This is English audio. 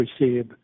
receive